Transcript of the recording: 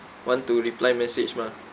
want to reply message mah